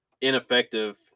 ineffective